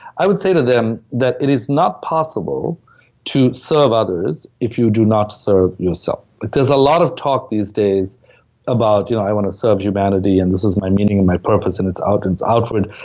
i would say to them that it is not possible to serve others if you do not serve yourself. there's a lot of talk these days about, you know, i wanna serve humanity and his is my meaning and my purpose and it's out, and it's outward.